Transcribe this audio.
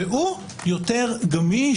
והוא יותר גמיש,